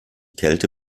kälte